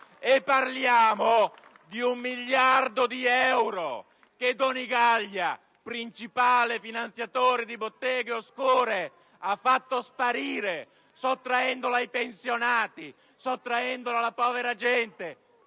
Parliamo di un miliardo di euro che Donigaglia, principale finanziatore di Botteghe oscure, ha fatto sparire, sottraendoli ai pensionati e alla povera gente.